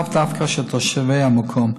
לאו דווקא של תושבי המקום,